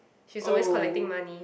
she is always collecting money